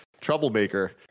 troublemaker